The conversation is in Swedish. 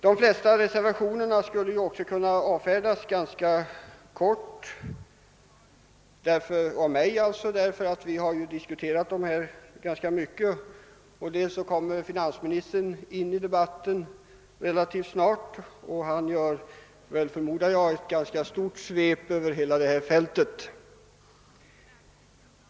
De flesta av reservationerna skulle jag kunna avfärda ganska kortfattat, eftersom vi redan har diskuterat dem rätt mycket. Dessutom kommer finansministern relativt snart in i debatten, och han gör förmodligen ett ganska stort svep över hela fältet.